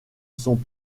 sont